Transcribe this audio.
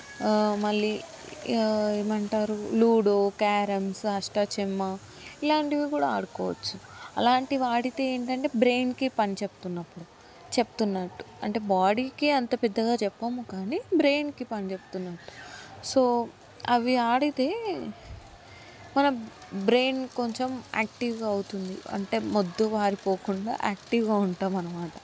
మళ్లీ ఏమంటారు ludo carroms అష్టా చమ్మా ఇలాంటివి కూడా ఆడుకోవచ్చు అలాంటివి ఆడితే ఏంటంటే బ్రెయిన్కి పని చెప్తున్నప్పుడు చెప్తున్నట్టు అంటే బాడీకి అంత పెద్దగా చెప్పము కానీ బ్రెయిన్కి పని చెప్తున్నాం సో అవి ఆడితే మన బ్రెయిన్ కొంచెం యాక్టివ్గా అవుతుంది అంటే మొద్దుబారి పోకుండా యాక్టివ్గా ఉంటాం అనమాట